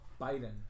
Biden